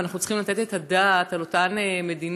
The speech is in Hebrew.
ואנחנו צריכים לתת את הדעת על אותן מדינות,